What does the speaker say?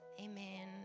Amen